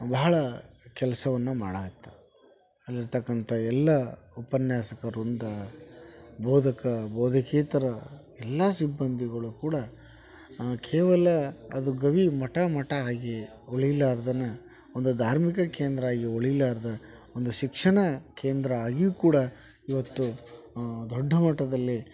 ಬಹಳ ಕೆಲಸವನ್ನ ಮಾಡಕತ್ತಾರ ಅಲ್ಲಿರತಕ್ಕಂಥ ಎಲ್ಲ ಉಪನ್ಯಾಸಕ ವೃಂದ ಬೋಧಕ ಬೋಧಕೇತರ ಎಲ್ಲ ಸಿಬ್ಬಂದಿಗಳು ಕೂಡ ಕೇವಲ ಅದು ಗವಿಮಠ ಮಠ ಆಗಿ ಉಳಿಲಾರ್ದೇನ ಒಂದು ಧಾರ್ಮಿಕ ಕೇಂದ್ರ ಆಗಿ ಉಳಿಲಾರ್ದೆ ಒಂದು ಶಿಕ್ಷಣ ಕೇಂದ್ರ ಆಗಿಯೂ ಕೂಡ ಇವತ್ತು ದೊಡ್ಡ ಮಟ್ಟದಲ್ಲಿ